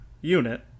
unit